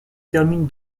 termine